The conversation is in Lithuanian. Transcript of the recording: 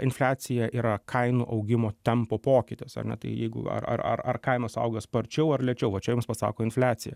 infliacija yra kainų augimo tempo pokytis ar ne tai jeigu ar ar ar kainos auga sparčiau ar lėčiau va čia jums pasako infliacija